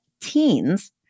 teens